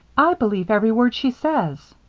i believe every word she says.